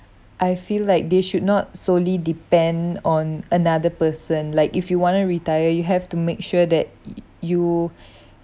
I feel like they should not solely depend on another person like if you want to retire you have to make sure that y~ you